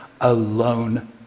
alone